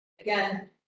Again